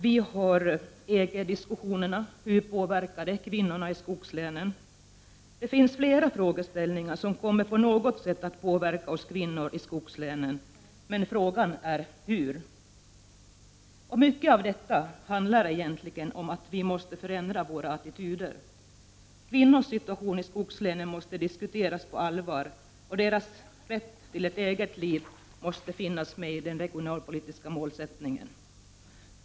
Vi har vidare diskussionen om EG-anpassningen och hur denna påverkar kvinnorna i skogslänen. Det är flera omständigheter som på något sätt kommer att påverka oss kvinnor i skogslänen — men frågan är hur. Mycket av detta handlar egentligen om att vi måste förändra våra attityder. Kvinnornas situation i skogslänen måste diskuteras på allvar, och deras rätt till ett eget liv måste finnas med i den regionalpolitiska målsättningen.